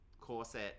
corset